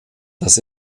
das